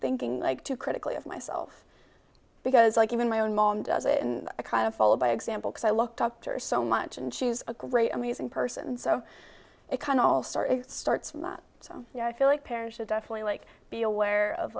thinking like two critically of myself because like even my own mom does it in a kind of followed by example because i looked up to her so much and she's a great amazing person so it kind of all star it starts from that so you know i feel like parents should definitely like be aware of